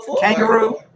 kangaroo